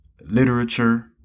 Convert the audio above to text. literature